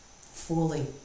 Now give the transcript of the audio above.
fully